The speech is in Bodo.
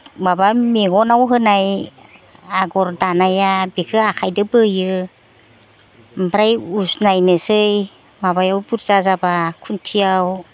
माबा मेगनाव होनाय आगर दानाया बेखो आखाइदो बोयो ओमफ्राय उसनायनोसै माबायाव बुरजा जाब्ला खुन्थियाव